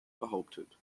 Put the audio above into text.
behauptet